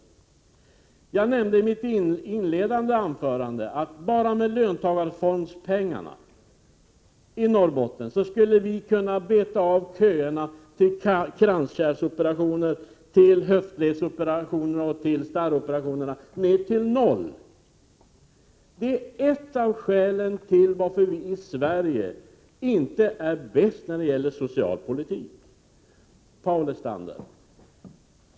I mitt inledande anförande nämnde jag att vi bara med användande av löntagarfondspengarna i Norrbotten skulle kunna beta av köerna till kranskärlsoperationer, höftledsoperationer och starroperationer ned till noll. Här har vi ett av skälen till att vi i Sverige inte är bäst när det gäller socialpolitik. Paul Lestander!